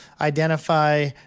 identify